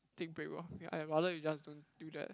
take break lor ya I would rather you just don't do that